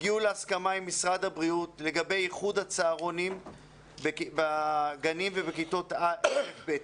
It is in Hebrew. הגיעו להסכמה עם משרד הבריאות לגבי איחוד הצהרונים בגנים ובכיתות א'-ב'.